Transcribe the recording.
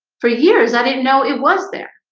for years. i didn't know it was there.